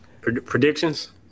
Predictions